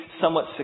somewhat